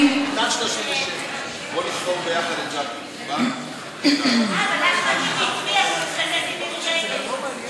ההצעה להעביר לוועדה את הצעת חוק סיוע לצעירים חסרי עורף משפחתי,